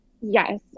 Yes